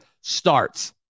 starts